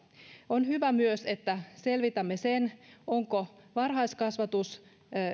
on myös hyvä että selvitämme onko varhaiskasvatus